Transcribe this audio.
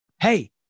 Hey